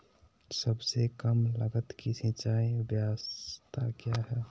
सबसे कम लगत की सिंचाई ब्यास्ता क्या है?